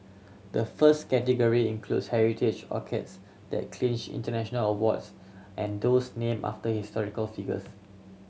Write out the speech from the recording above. the first category includes heritage orchids that clinched international awards and those name after historical figures